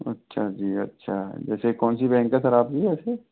अच्छा जी अच्छा जैसे कौनसी बैंक है सर आपकी वैसे